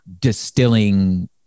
distilling